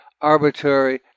arbitrary